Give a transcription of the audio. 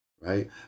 right